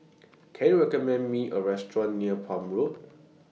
Can YOU recommend Me A Restaurant near Palm Road